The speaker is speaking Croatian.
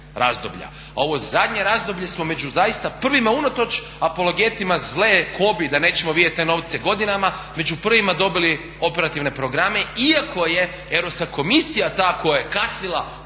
razdoblja a ovo zadnje razdoblje smo među zaista prvima unatoč apologetima zle kobi da nećemo vidjeti te novce godinama među prvima dobili operativne programe iako je Europska komisija ta koja je kasnila